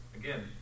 again